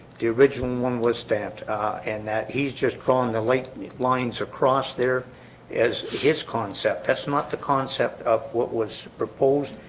the original one was stamped and that he's just throwing the late lines across there as his concept that's not the concept of what was proposed.